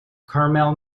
caramel